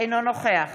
אינו נוכח